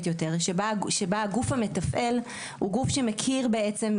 יותר שבה הגוף המתפעל הוא גוף שמכיר בעצם,